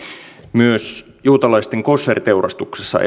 myös juutalaisten kosher teurastuksessa